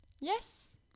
Yes